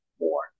more